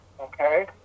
okay